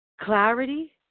clarity